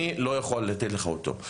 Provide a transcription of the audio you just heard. אני לא יכול לתת לך אותו.